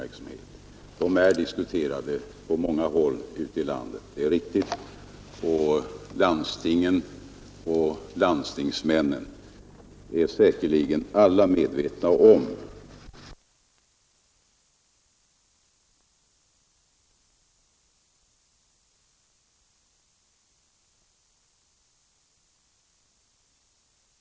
Fru Jonäng kan vara förvissad om att man även i Norrbotten — fru Jonäng berörde ju ett ögonblick Norrbotten — behandlar de här frågorna på ansvarigt landstingshåll utomordentligt seriöst.